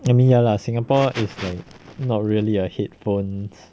I mean ya lah singapore is not really a headphone